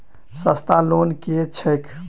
सस्ता लोन केँ छैक